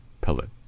pellet